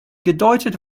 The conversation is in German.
gedeutet